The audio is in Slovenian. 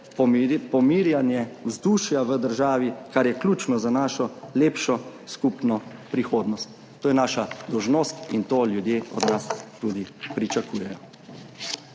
pomirjanje vzdušja v državi, kar je ključno za našo lepšo skupno prihodnost. To je naša dolžnost in to ljudje od nas tudi pričakujejo.